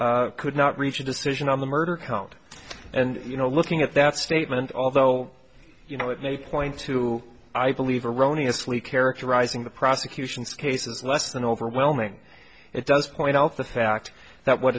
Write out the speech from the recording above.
trial could not reach a decision on the murder count and you know looking at that statement although you know it make a point to i believe erroneous lee characterizing the prosecution's case as less than overwhelming it does point out the fact that what